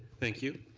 thank you.